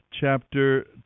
chapter